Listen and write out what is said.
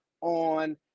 on